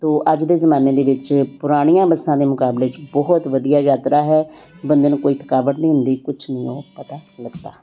ਅਤੇ ਅੱਜ ਦੇ ਜ਼ਮਾਨੇ ਦੇ ਵਿੱਚ ਪੁਰਾਣੀਆਂ ਬੱਸਾਂ ਦੇ ਮੁਕਾਬਲੇ 'ਚ ਬਹੁਤ ਵਧੀਆ ਯਾਤਰਾ ਹੈ ਬੰਦੇ ਨੂੰ ਕੋਈ ਥਕਾਵਟ ਨਹੀਂ ਹੁੰਦੀ ਕੁਛ ਨਹੀਓ ਪਤਾ ਲੱਗਦਾ